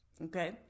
okay